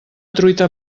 truita